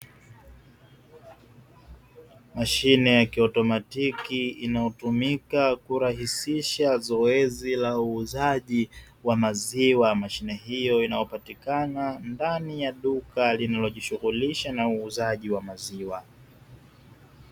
Mashine ya kiotomatiki inayotumika kurahisisha zoezi la uuzaji wa maziwa, mashine hiyo inayopatikana ndani ya duka linalojishughulisha na uuzaji wa maziwa.